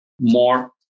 more